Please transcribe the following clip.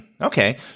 Okay